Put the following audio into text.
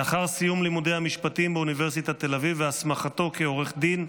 לאחר סיום לימודי המשפטים באוניברסיטת תל אביב והסמכתו כעורך דין,